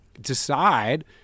decide